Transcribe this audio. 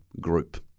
Group